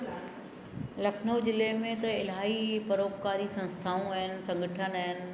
लखनऊ ज़िले में त इलाही परोपकारी संस्थाऊं आहिनि संगठन आहिनि